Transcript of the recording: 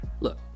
Look